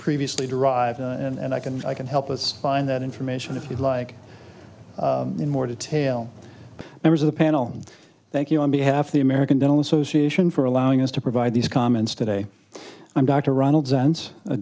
previously derived and i can i can help us find that information if you'd like in more detail members of the panel thank you on behalf of the american dental association for allowing us to provide these comments today i'm dr ronald sense a